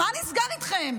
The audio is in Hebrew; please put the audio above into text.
מה נסגר איתכם?